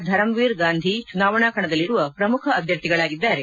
ಧರಮ್ವೀರ್ ಗಾಂಧಿ ಚುನಾವಣಾ ಕಣದಲ್ಲಿರುವ ಪ್ರಮುಖ ಅಭ್ಯರ್ಥಿಗಳಾಗಿದ್ದಾರೆ